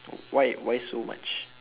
why why so much